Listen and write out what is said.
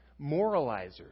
moralizers